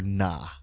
nah